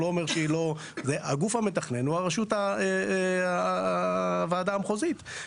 הגוף המתכנן הוא הוועדה המחוזית.